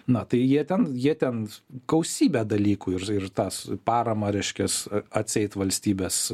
na tai jie ten jie ten gausybę dalykų ir ir tas paramą reiškias atseit valstybės